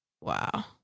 Wow